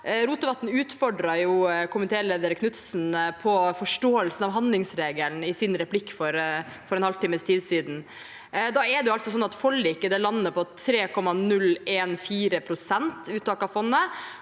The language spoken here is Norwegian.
Rotevatn utfordret komitéleder Knutsen om forståelsen av handlingsregelen i sin replikk for en halvtimes tid siden. Det er altså slik at forliket landet på 3,014 pst. uttak av fondet.